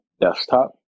desktop